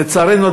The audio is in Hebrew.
לצערנו,